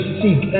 seek